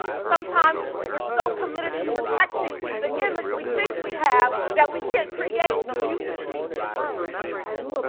sometimes we're so committed to protecting the image we think we have that we can't create the future we deserve to have.